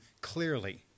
clearly